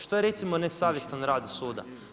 Što je recimo nesavjestan rad suda?